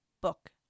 book